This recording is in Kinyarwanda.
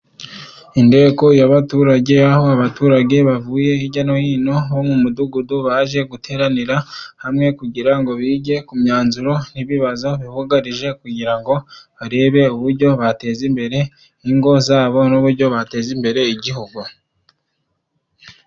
Inteko y'abaturage, aho abaturage bavuye hirya no hino bo mu mudugudu baje guteranira hamwe, kugira ngo bige ku myanzuro n'ibibazo bi bugarije, kugira ngo barebe uburyo bateza imbere ingo zabo, n'uburyo bateza imbere igihugu.